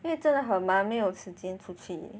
因为真的很忙没有时间出去